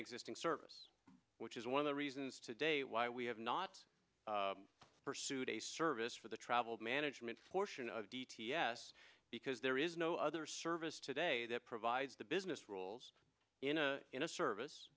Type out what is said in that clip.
existing service which is one of the reasons today why we have not pursued a service for the traveled management fortune of d t s because there is no other service today that provides the business rules in a in a service